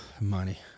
money